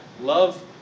love